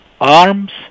arms